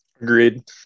Agreed